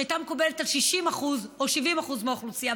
שתהיה מקובלת על 60% או 70% מהאוכלוסייה,